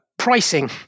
Pricing